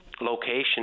location